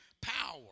power